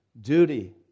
duty